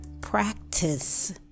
practice